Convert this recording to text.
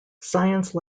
science